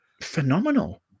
Phenomenal